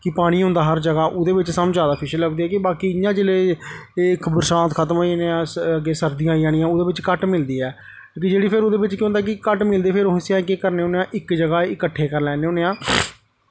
पानी होंदा हर जगह् ओह्दे बिच्च सानूं जादा फिश लभदी ऐ कि बाकी इ'यां जेल्लै इक बरसांत खतम होई जानी ऐ अग्गें सर्दियां आई जानियां ओह्दे बिच्च घट्ट मिलदी ऐ क्योंकि जेह्ड़ी ओह्दे बिच्च केह् होंदा कि घट्ट मिलदी ऐ उसी फिर अस केह् करने आं इक जगह् इकट्ठे करी लैन्ने होन्ने आं